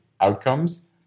outcomes